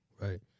right